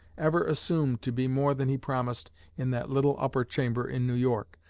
ever assume to be more than he promised in that little upper chamber in new york,